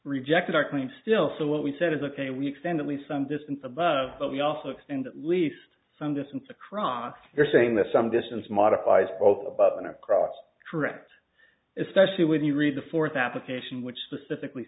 rejected our claim still so what we said is ok we extended leave some distance above but we also extend at least some distance across you're saying that some distance modifies both above and across correct especially when you read the fourth application which specifically